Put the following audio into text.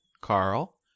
Carl